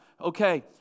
okay